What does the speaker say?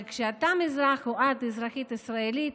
אבל כשאתה אזרח ישראלי, או את אזרחית ישראלית,